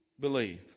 believe